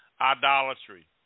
idolatry